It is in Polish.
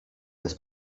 bez